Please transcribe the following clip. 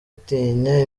atinya